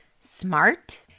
SMART